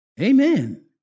Amen